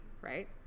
right